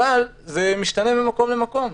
אבל זה משתנה ממקום למקום.